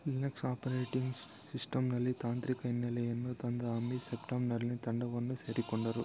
Linux operating ಸಿಸ್ಟಮ್ನಲ್ಲಿ ತಾಂತ್ರಿಕ ಹಿನ್ನೆಲೆಯನ್ನು ತಂದ ಅಮಿತ್ ಸೆಪ್ಟೆಂಬರ್ನಲ್ಲಿ ತಂಡವನ್ನು ಸೇರಿಕೊಂಡರು